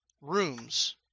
rooms